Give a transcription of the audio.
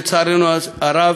לצערנו הרב,